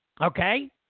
Okay